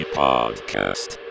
podcast